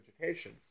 education